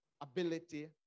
ability